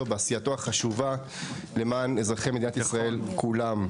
בעשייה החשובה למען אזרחי מדינת ישראל כולם.